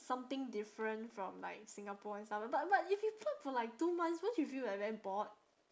something different from like singapore and stuff but but if you pluck for like two months won't you feel like very bored